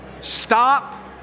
stop